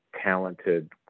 talented